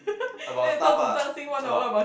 about stuff lah about